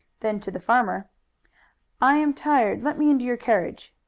then to the farmer i am tired. let me into your carriage.